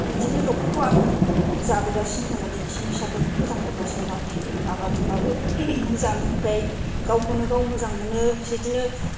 बिदिनो न'खरखौ आं जाहोबोगासिनो दं दिनैसिम फिसाफोरखौ फोथांबोगासिनो दं आरोखि माबादोंबाबो मोजां ओमफ्राय गावखौनो गाव मोजां मोनो बिदिनो